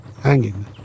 hanging